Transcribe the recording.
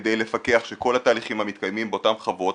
כדי לפקח שכל התהליכים המתקיימים באותן חוות,